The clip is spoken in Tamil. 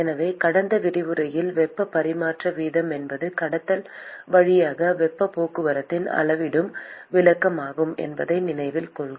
எனவே கடந்த விரிவுரையில் வெப்பப் பரிமாற்ற வீதம் என்பது கடத்தல் வழியாக வெப்பப் போக்குவரத்தின் அளவிடும் விளக்கமாகும் என்பதை நினைவில் கொள்க